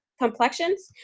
complexions